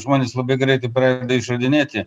žmonės labai greitai pradeda išradinėti